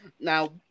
Now